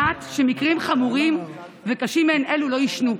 שמקרים חמורים וקשים מעין אלה לא יישנו.